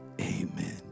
Amen